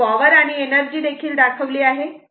मी power आणि energy दाखवली आहे